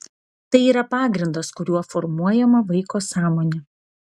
tai yra pagrindas kuriuo formuojama vaiko sąmonė